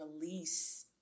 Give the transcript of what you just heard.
release